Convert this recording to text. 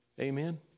amen